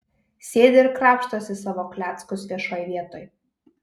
sėdi ir krapštosi savo kleckus viešoj vietoj